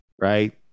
Right